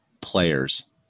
players